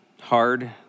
hard